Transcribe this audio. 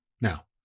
Now